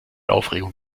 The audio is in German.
aufregung